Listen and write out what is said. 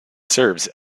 serves